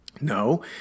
No